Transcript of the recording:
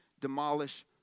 demolish